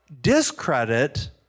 discredit